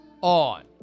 on